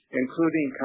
including